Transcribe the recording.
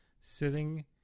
sitting